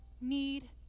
need